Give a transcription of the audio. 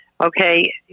okay